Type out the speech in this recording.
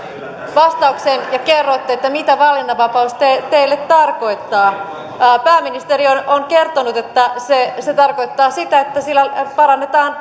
vastauksen ja kerrotte mitä valinnanvapaus teille teille tarkoittaa pääministeri on on kertonut että se se tarkoittaa sitä että sillä parannetaan